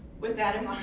with that in mind,